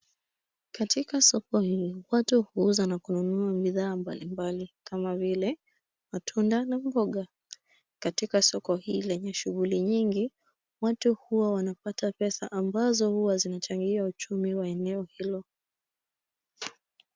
Katika soko hili, watu huuza na kununua bidhaa mbalimbali kama vile matunda na mboga. Katika soko hili lenye shughuli nyingi, watu huwa wanapata pesa ambazo huwa zinachangiwa uchumi wa eneo hilo.